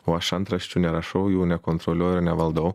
o aš antraščių nerašau jų nekontroliuoju ir nevaldau